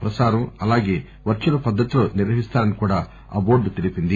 ప్రసారం అలాగే వర్చువల్ పద్దతిలో నిర్వహిస్తారని కూడా ఆ బోర్డు తెలిపింది